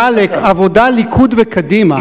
מפלגת על"ק, עבודה, ליכוד וקדימה,